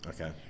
Okay